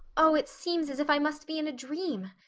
oh, it seems as if i must be in a dream.